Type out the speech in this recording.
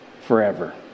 forever